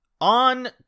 On